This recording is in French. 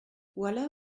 voilà